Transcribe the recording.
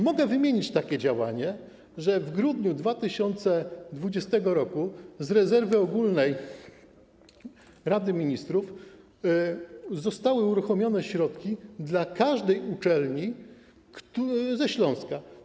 Mogę wymienić tu takie działanie: w grudniu 2020 r. z rezerwy ogólnej Rady Ministrów zostały uruchomione środki dla każdej uczelni ze Śląska.